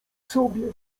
sobie